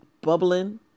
bubbling